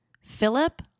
Philip